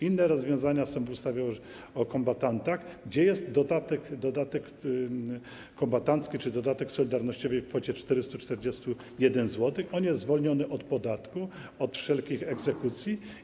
Inne rozwiązania są w ustawie o kombatantach, gdzie jest dodatek kombatancki czy dodatek solidarnościowy w kwocie 441 zł, który jest zwolniony od podatku, od wszelkich egzekucji.